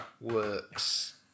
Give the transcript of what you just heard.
works